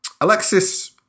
Alexis